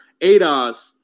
ADOS